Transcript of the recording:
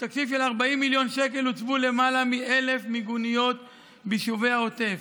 בתקציב של 40 מיליון שקל הוצבו למעלה מ-1,000 מיגוניות ביישובי העוטף,